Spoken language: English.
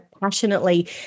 passionately